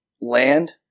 land